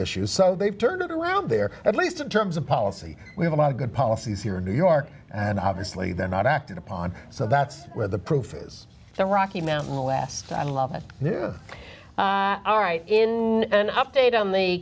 issues so they've turned it around there at least in terms of policy we have a lot of good policies here in new york and obviously they're not acted upon so that's where the proof is the rocky mountain the last i knew all right in an update on the